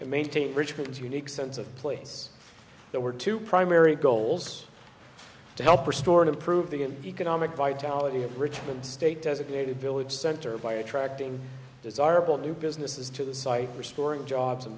and maintain richard's unique sense of place there were two primary goals to help restore and improve the economic vitality of richmond state designated village center by attracting desirable new businesses to the site restoring jobs and